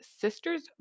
sister's